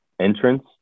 entrance